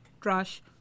trash